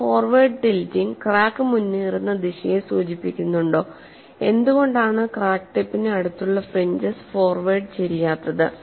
ഈ forward tilting crack മുന്നേറുന്ന ദിശയെ സൂചിപ്പിക്കുന്നുണ്ടോ എന്തുകൊണ്ടാണ് ക്രാക്ക് ടിപ്പിന് അടുത്തുള്ള ഫ്രിഞ്ചെസ് ഫോർവേർഡ് ചരിയാത്തത്